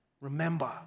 Remember